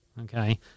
Okay